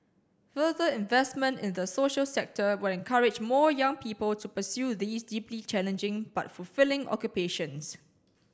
further investment in the social sector will encourage more young people to pursue these deeply challenging but fulfilling occupations